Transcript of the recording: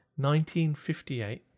1958